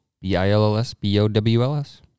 B-I-L-L-S-B-O-W-L-S